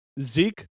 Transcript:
Zeke